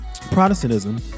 Protestantism